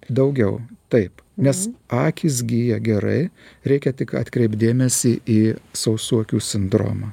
daugiau taip nes akys gyja gerai reikia tik atkreipt dėmesį į sausų akių sindromą